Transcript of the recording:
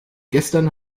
gestern